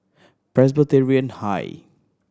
Presbyterian High